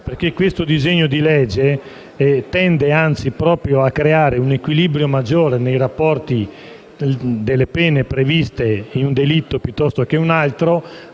Questo disegno di legge tende anzi proprio a creare un equilibrio maggiore nei rapporti delle pene previste per un delitto piuttosto che per un altro